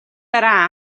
дараа